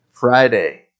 Friday